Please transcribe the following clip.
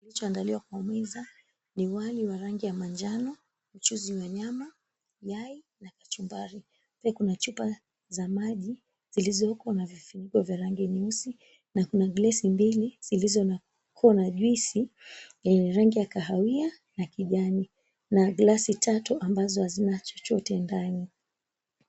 Kilichoandaliwa kwa meza ni wali wa rangi ya manjano, mchuzi wa nyama, yai na kachumbari. Pia kuna chupa za maji zilizokuwa na vifuniko vya rangi nyeusi na kuna glasi mbili zilizokuwa na kona juisi, rangi ya kahawia na kijani na glasi tatu ambazo hazina chochote ndani.